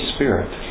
Spirit